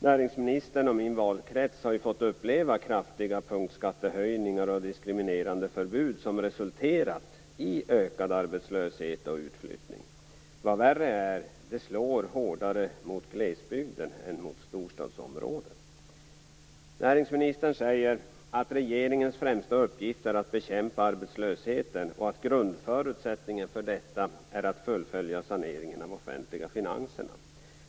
Näringsministerns och min valkrets har fått uppleva kraftiga punktskattehöjningar och diskriminerande förbud som resulterat i ökad arbetslöshet och utflyttning. Vad värre är: Det slår hårdare mot glesbygden än mot storstadsområden. Näringsministern säger att regeringens främsta uppgift är att bekämpa arbetslösheten och att grundförutsättningen för detta är att fullfölja saneringen av de offentliga finanserna.